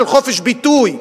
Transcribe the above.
של חופש ביטוי.